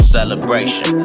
Celebration